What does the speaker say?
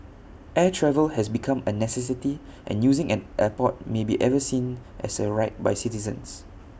air travel has become A necessity and using an airport may be ever seen as A right by citizens